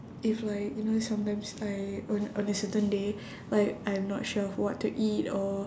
if like you know sometimes I on on a certain day like I'm not sure of what to eat or